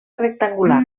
rectangular